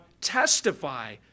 testify